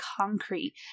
concrete